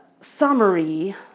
summary